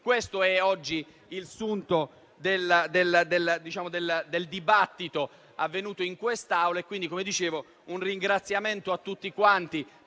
Questo è oggi il sunto del dibattito avvenuto in quest'Aula.